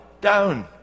down